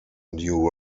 new